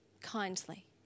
kindly